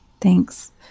Thanks